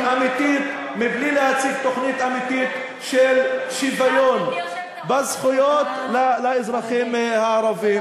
בלי להציג תוכנית אמיתית של שוויון בזכויות לאזרחים הערבים.